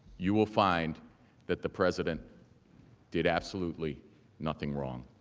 you will find that the president did absolutely nothing wrong.